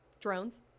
Drones